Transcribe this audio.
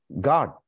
God